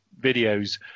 videos